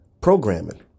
programming